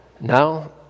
Now